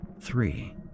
three